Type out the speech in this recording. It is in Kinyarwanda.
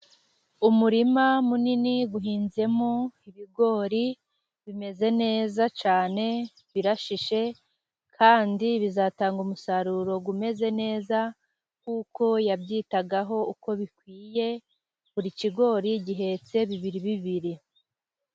Umurima munini uhinzemo ibigori, bimeze neza cyane, birashishe, kandi bizatanga umusaruro umeze neza, kuko yabyitagaho uko bikwiye, buri kigori gihetse bibiribibiri.